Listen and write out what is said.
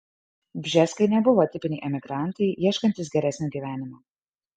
bžeskai nebuvo tipiniai emigrantai ieškantys geresnio gyvenimo